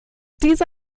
diese